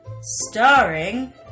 starring